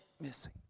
missing